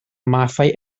mathau